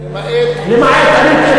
למעט,